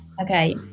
Okay